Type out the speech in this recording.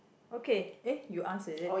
okay eh you ask is it